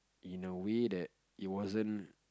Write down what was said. in a way that it wasn't